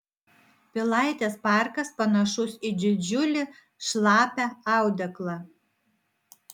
pilaitės parkas panašus į didžiulį šlapią audeklą